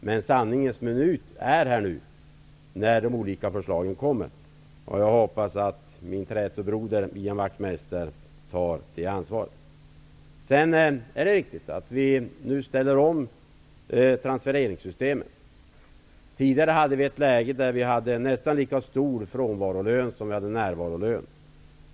Men sanningens minut är här när de olika förslagen kommer. Jag hoppas att min trätobroder Ian Wachtmeister tar det ansvaret. Det är riktigt att vi nu ställer om transfereringssystemen. Tidigare hade vi ett läge med en nästan lika stor frånvarolön som närvarolön.